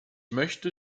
möchte